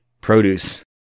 produce